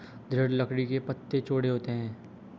दृढ़ लकड़ी के पत्ते चौड़े होते हैं